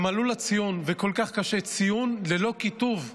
הם עלו לציון וכל כך קשה, ציון ללא כיתוב.